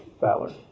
valor